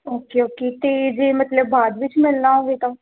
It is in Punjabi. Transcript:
ਓਕੇ ਓਕੇ ਅਤੇ ਜੇ ਮਤਲਬ ਬਾਅਦ ਵਿੱਚ ਮਿਲਣਾ ਹੋਵੇ ਤਾਂ